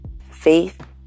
faith